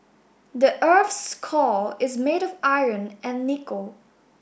the earth's core is made of iron and nickel